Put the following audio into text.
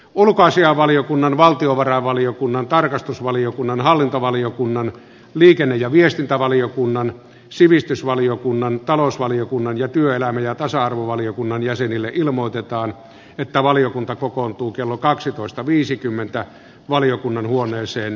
ulkoasiainvaliokunnan valtiovarainvaliokunnan tarkastusvaliokunnan hallintovaliokunnan liikenne ja viestintävaliokunnan sivistysvaliokunnan talousvaliokunnan ja työelämä ja tasa arvovaliokunnan jäsenille ilmoitetaan että valiokunta kokoontuu kello kaksitoista viisikymmentä arvoisa puhemies